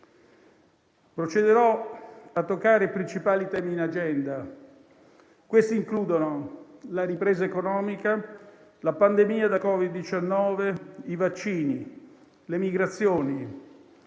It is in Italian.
Procederò a toccare i principali temi in agenda, che includono la ripresa economica, la pandemia da Covid-19, i vaccini, le migrazioni,